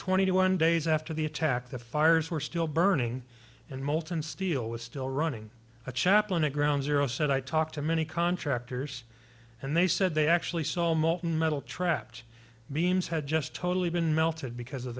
twenty one days after the attack the fires were still burning and molten steel was still running a chaplain at ground zero said i talked to many contractors and they said they actually saw molten metal trapped beams had just totally been melted because of